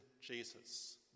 Jesus